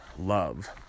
love